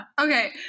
Okay